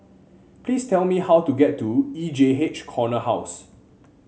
please tell me how to get to E J H Corner House